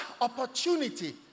opportunity